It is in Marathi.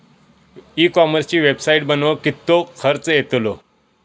ई कॉमर्सची वेबसाईट बनवक किततो खर्च येतलो?